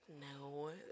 no